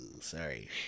sorry